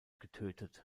getötet